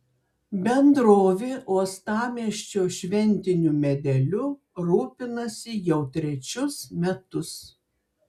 bendrovė uostamiesčio šventiniu medeliu rūpinasi jau trečius metus